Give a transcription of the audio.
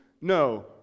No